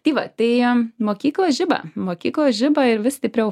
tai va tai mokyklos žiba mokyklos žiba ir vis stipriau